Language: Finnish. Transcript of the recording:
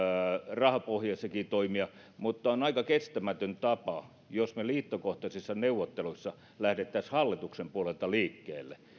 rahapohjaisiakin toimia mutta on aika kestämätön tapa jos me liittokohtaisissa neuvotteluissa lähtisimme hallituksen puolelta liikkeelle